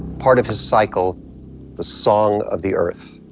part of his cycle the song of the earth.